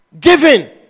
Giving